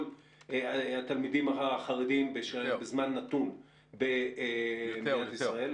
התלמידים החרדים בזמן נתון במדינת ישראל --- יותר,